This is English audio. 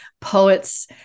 poets